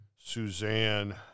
Suzanne